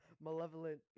Malevolent